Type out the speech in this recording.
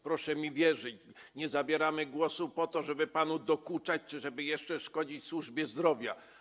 Proszę mi wierzyć, nie zabieramy głosu, żeby panu dokuczać, żeby jeszcze szkodzić służbie zdrowia.